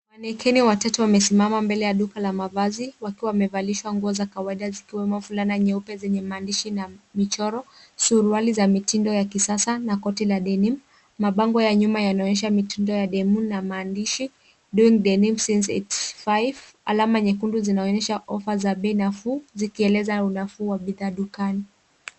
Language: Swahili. Mannequin watatu wamesimama mbele ya duka la mavazi wakiwa wamevalishwa nguo ya kawaida zikiwemo fulana nyeupe zenye maandishi na michoro, suruali za mitindo ya kisasa na koti la denim . Mabango ya nyuma yanaonyesha mitindo ya denim na maandishi doing denim since eighty five . Alama nyekundu zinaonyesha offer za bei nafuu zikieleza unafuu wa bidhaa dukani.